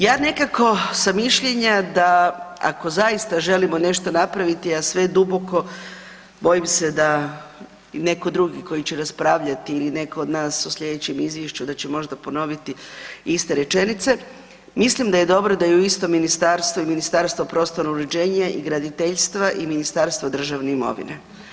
Ja nekako sam mišljenja da ako zaista želimo nešto napraviti, a sve je duboko, bojim se da i neko drugi koji će raspravljati ili neko od nas u slijedećem izvješću da će možda ponoviti iste rečenice, mislim da je dobro da je u istom ministarstvo i Ministarstvo prostornog uređenja i graditeljstva i Ministarstvo državne imovine.